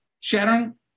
Sharon